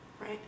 Right